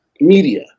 media